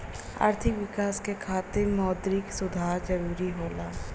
आर्थिक विकास क खातिर मौद्रिक सुधार जरुरी होला